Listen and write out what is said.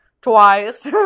twice